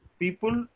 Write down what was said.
people